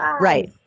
Right